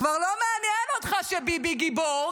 כבר לא מעניין אותך שביבי גיבור,